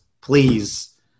please